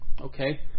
okay